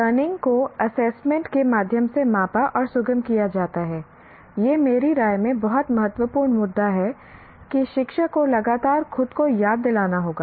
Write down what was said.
learning को assessment के माध्यम से मापा और सुगम किया जाता है यह मेरी राय में बहुत महत्वपूर्ण मुद्दा है कि शिक्षक को लगातार खुद को याद दिलाना होगा